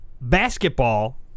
Basketball